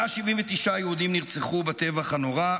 179 יהודים נרצחו בטבח הנורא.